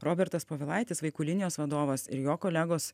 robertas povilaitis vaikų linijos vadovas ir jo kolegos